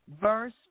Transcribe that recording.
verse